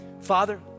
Father